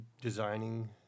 designing